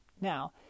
Now